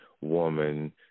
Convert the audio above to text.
woman